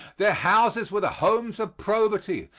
their houses were the homes of probity,